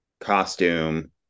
costume